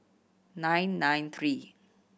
nine nine three